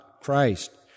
Christ